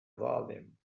volume